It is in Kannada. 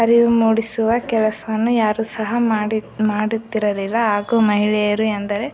ಅರಿವು ಮೂಡಿಸುವ ಕೆಲಸವನ್ನು ಯಾರು ಸಹ ಮಾಡಿ ಮಾಡುತ್ತಿರಲಿಲ್ಲ ಹಾಗೂ ಮಹಿಳೆಯರು ಎಂದರೆ